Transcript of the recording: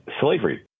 slavery